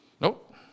Nope